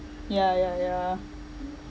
ya ya ya